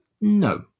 No